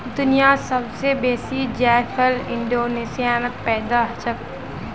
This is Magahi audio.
दुनियात सब स बेसी जायफल इंडोनेशियात पैदा हछेक